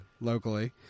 locally